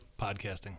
Podcasting